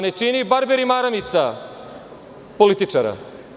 Ne čini barberi maramica političara?